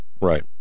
Right